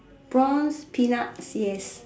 prawns peanuts yes